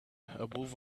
above